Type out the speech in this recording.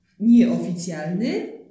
nieoficjalny